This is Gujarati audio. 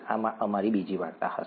આ અમારી બીજી વાર્તા હશે